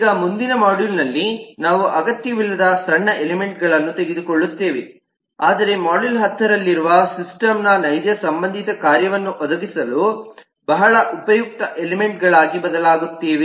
ಈಗ ಮುಂದಿನ ಮಾಡ್ಯೂಲ್ನಲ್ಲಿ ನಾವು ಅಗತ್ಯವಿಲ್ಲದ ಸಣ್ಣ ಎಲಿಮೆಂಟ್ ಗಳನ್ನು ತೆಗೆದುಕೊಳ್ಳುತ್ತೇವೆ ಆದರೆ ಮಾಡ್ಯೂಲ್ 10 ರಲ್ಲಿರುವ ಸಿಸ್ಟಮ್ನ ನೈಜ ಸಂಬಂಧಿತ ಕಾರ್ಯವನ್ನು ಒದಗಿಸಲು ಬಹಳ ಉಪಯುಕ್ತ ಎಲಿಮೆಂಟ್ಗಳಾಗಿ ಬದಲಾಗುತ್ತೇವೆ